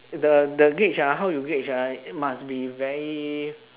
the the gauge ah how you gauge ah it must be very